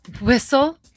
Whistle